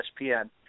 ESPN